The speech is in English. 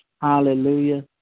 Hallelujah